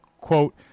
quote